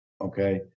Okay